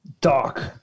dark